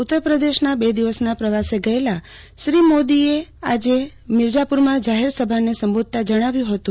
ઉત્તરપ્રદેશના બે દિવસના પ્રવાસે ગયેલા શ્રી મોદી એ આજે મિરઝાપુરમાં જાહેરસભાને સંબોધતાં જણાવ્યું હતું